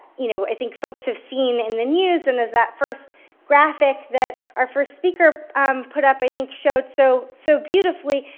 you know i think folks who've seen in the news and as that first graphic that our first speaker put up i think showed so so beautifully,